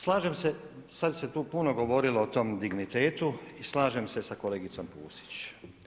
Slažem se, sad se tu puno govorilo o tom dignitetu i slažem se sa kolegicom Pusić.